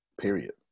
period